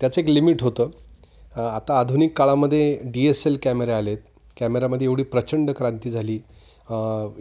त्याचं एक लिमिट होतं आता आधुनिक काळामध्ये डी एस एल कॅमेरे आले आहेत कॅमेरामध्ये एवढी प्रचंड क्रांती झाली